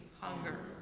hunger